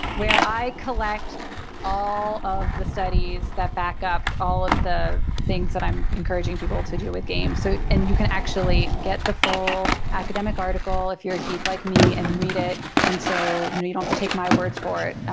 where i collect all of the studies that back up all of the things that i'm encouraging people to do with games. so and you can actually get the full academic article if you're a geek like me and read it and so you know you don't have to take my word for it.